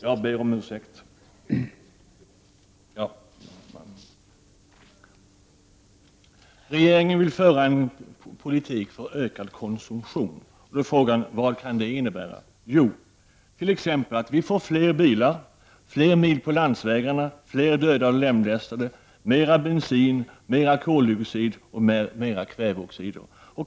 Jo, det kan t.ex. innebära att vi får fler bilar, fler körda mil på landsvägarna, fler döda och lemlästade, mer bensin, mer koldioxid och mer kväveoxider.